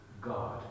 God